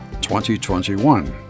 2021